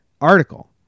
article